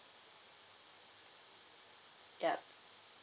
yup